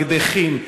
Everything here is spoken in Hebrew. מקדחים,